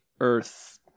Earth